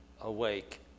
awake